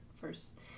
first